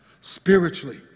Spiritually